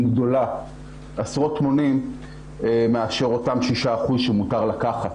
גדולה עשרות מונים מאשר אותם 6% שמותר לקחת,